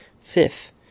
Fifth